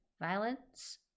violence